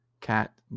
cat